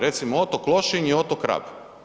Recimo otok Lošinj i otok Rab.